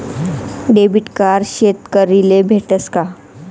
Debit card शेतकरीले भेटस का?